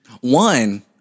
One